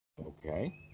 Okay